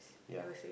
ya